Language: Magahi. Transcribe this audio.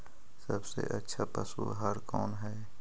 सबसे अच्छा पशु आहार कौन है?